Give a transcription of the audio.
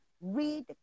read